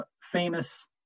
famous